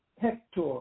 Hector